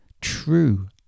true